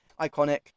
iconic